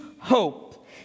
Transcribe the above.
hope